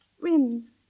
Rims